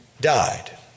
died